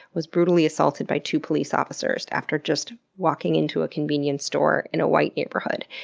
was brutally assaulted by two police officers after just walking into a convenience store in a white neighborhood.